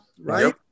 right